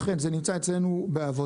אכן זה נמצא אצלנו בעבודה.